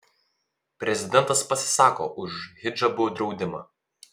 prezidentas pasisako už hidžabų draudimą